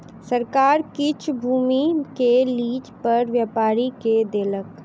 सरकार किछ भूमि के लीज पर व्यापारी के देलक